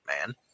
man